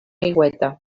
aigüeta